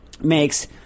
makes